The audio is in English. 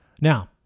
Now